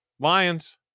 Lions